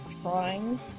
trying